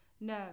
No